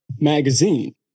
magazine